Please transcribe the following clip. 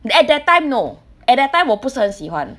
at that time no at that time 我不是很喜欢